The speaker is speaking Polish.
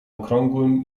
okrągłym